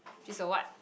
she's a what